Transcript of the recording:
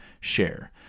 share